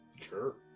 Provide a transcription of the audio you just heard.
sure